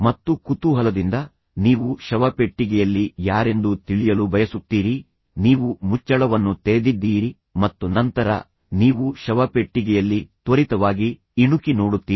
ಮತ್ತು ಕುತೂಹಲದಿಂದ ನೀವು ಶವಪೆಟ್ಟಿಗೆಯಲ್ಲಿ ಯಾರೆಂದು ತಿಳಿಯಲು ಬಯಸುತ್ತೀರಿ ನೀವು ಮುಚ್ಚಳವನ್ನು ತೆರೆದಿದ್ದೀರಿ ಮತ್ತು ನಂತರ ನೀವು ಶವಪೆಟ್ಟಿಗೆಯಲ್ಲಿ ತ್ವರಿತವಾಗಿ ಇಣುಕಿ ನೋಡುತ್ತೀರಿ